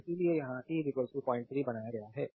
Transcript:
तो इसीलिए यहाँ t 03 बनाया गया है